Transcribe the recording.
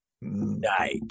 night